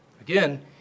Again